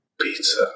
Pizza